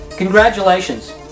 Congratulations